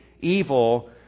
evil